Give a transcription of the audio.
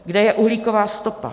Kde je uhlíková stopa?